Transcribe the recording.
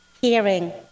Hearing